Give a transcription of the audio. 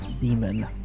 demon